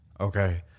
Okay